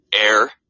Air